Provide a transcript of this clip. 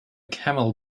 camel